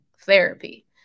therapy